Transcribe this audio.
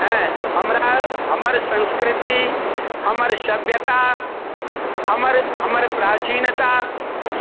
हेँ हमरा हमर संस्कृति हमर सभ्यता हमर हमर प्राचीनता